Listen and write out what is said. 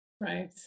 Right